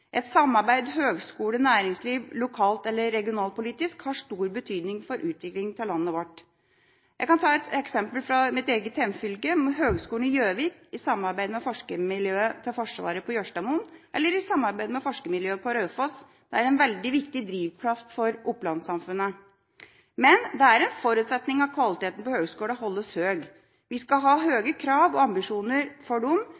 Et samarbeid mellom høyskole og næringsliv, lokalt eller regionalpolitisk, har stor betydning for utviklinga av landet vårt. Jeg kan ta et eksempel fra mitt eget hjemfylke: Høgskolen i Gjøvik, enten i samarbeid med forskermiljøet til Forsvaret på Jørstadmoen eller i samarbeid med forskermiljøet på Raufoss, er en veldig viktig drivkraft for Oppland-samfunnet. Men det er en forutsetning at kvaliteten på høyskolene holdes høy. Vi skal ha høye krav og ambisjoner for dem,